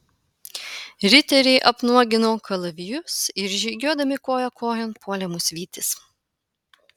riteriai apnuogino kalavijus ir žygiuodami koja kojon puolė mus vytis